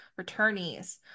Returnees